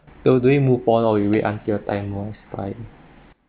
so do we move on or you'll wait until your time voice by